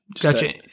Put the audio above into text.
Gotcha